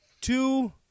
Two